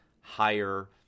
higher